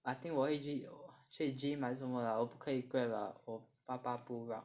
I think 我会去去 gym 还是什么 lah 我不可以 Grab lah 我爸爸不让